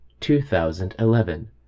2011